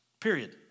Period